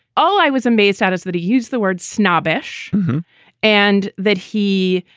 oh, i was amazed, that is that he used the word snobbish and that he,